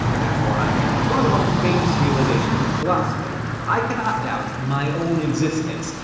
therefore, i am. it's one of the most famous realizations in philosophy i cannot doubt my own existence.